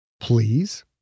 Please